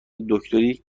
دکتری